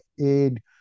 aid